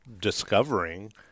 discovering –